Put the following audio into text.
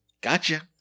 gotcha